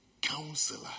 Counselor